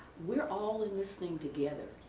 we are all in this thing together.